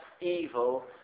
evil